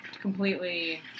completely